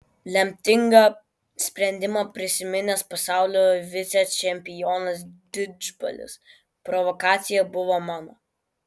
lemtingą sprendimą prisiminęs pasaulio vicečempionas didžbalis provokacija buvo mano